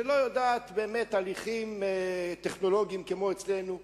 שלא יודעת הליכים טכנולוגיים כמו אצלנו,